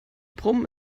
brummen